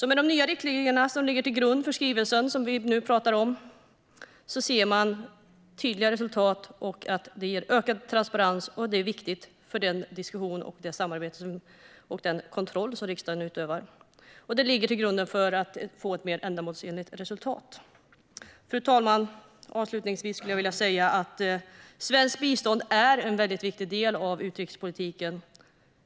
Med de nya riktlinjerna som ligger till grund för den skrivelse som vi nu pratar om ser man tydliga resultat och ökad transparens, vilket är viktigt för den diskussion, det samarbete och den kontroll som riksdagen utövar. Det ligger också till grund för att få ett mer ändamålsenligt resultat. Fru talman! Avslutningsvis vill jag säga att svenskt bistånd är en väldigt viktig del av utrikespolitiken.